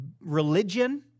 religion